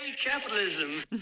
capitalism